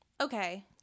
Okay